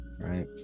right